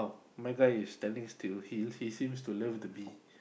my guy is standing still he he seem to love the bee